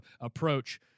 approach